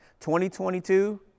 2022